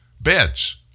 beds